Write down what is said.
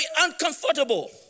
uncomfortable